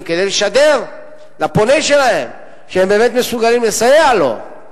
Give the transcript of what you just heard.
כדי לשדר לפונה אליהם שהם באמת מסוגלים לסייע לו.